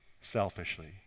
selfishly